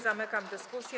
Zamykam dyskusję.